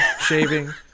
shaving